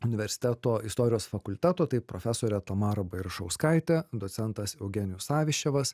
universiteto istorijos fakulteto tai profesorė tamara bairašauskaitė docentas eugenijus saviščevas